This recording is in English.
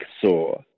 saw